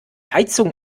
heizung